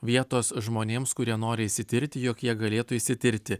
vietos žmonėms kurie nori išsitirti jog jie galėtų išsitirti